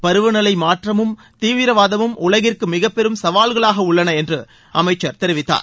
பருவநிலை மாற்றமும் தீவிரவாதமும் உலகிற்கு மிகப்பெரும் சவால்களாக உள்ளன என்று அமைச்சர் தெரிவித்தார்